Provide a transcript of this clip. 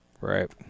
Right